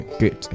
good